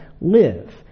live